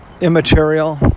immaterial